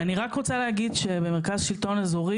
אני רק רוצה להגיד שבמרכז שלטון אזורי